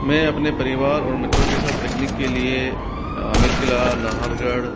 मैं अपने परिवार और मित्रों के साथ पिकनिक के लिए आमेर किला नहरगढ़